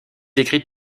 écrite